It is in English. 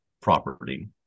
property